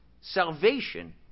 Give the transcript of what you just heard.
Salvation